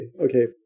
okay